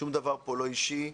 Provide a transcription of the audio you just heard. שום דבר כאן לא אישי.